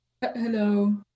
Hello